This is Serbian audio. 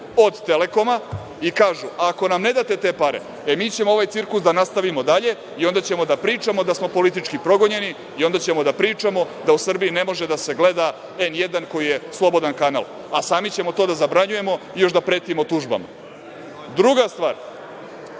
od „Telekoma“, i kažu – ako nam ne date te pare, mi ćemo ovaj cirkus da nastavimo dalje i onda ćemo da pričamo da smo politički progonjeni i onda ćemo da pričamo da u Srbiji ne može da se gleda „N1“ koji je slobodan kanal, a sami ćemo to da zabranjujemo i još da pretimo tužbama. Druga stvar,